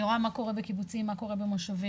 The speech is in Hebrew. אני רואה בקיבוצים, מה קורה במושבים,